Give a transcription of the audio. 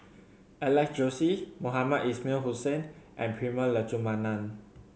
Alex Josey Mohamed Ismail Hussain and Prema Letchumanan